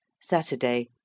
Saturday